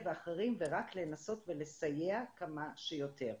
ואחרים ורק לנסות ולסייע כמה שיותר.